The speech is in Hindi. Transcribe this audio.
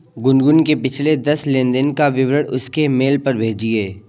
गुनगुन के पिछले दस लेनदेन का विवरण उसके मेल पर भेजिये